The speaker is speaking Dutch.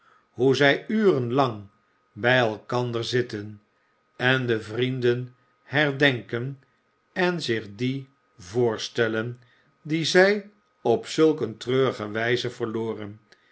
hoe zij uren lang bij elkander zitten en de vrienden herdenken en zich die voorstellen die zij op zulk een treurige wijze verloren